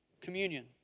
communion